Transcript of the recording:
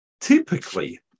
typically